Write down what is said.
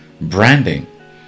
branding